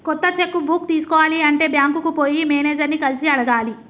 కొత్త cheque book తీసుకోవాలి అంటే బ్యాంకుకు పోయి మేనేజర్ ని కలిసి అడగాలి